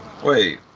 Wait